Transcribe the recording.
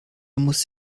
muss